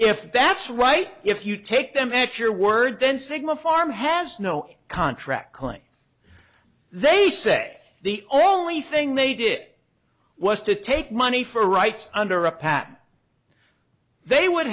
if that's right if you take them at your word then sigma farm has no contract claim they say the only thing they did was to take money for rights under a patent they would